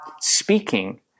speaking